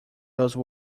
those